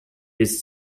bis